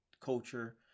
culture